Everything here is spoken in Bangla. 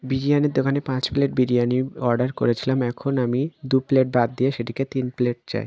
বিরিয়ানির দোকানে পাঁচ প্লেট বিরিয়ানি অর্ডার করেছিলাম এখন আমি দু প্লেট বাদ দিয়ে সেটিকে তিন প্লেট চাই